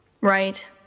Right